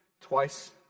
Twice